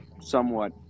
somewhat